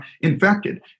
infected